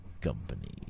company